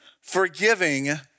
forgiving